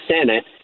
Senate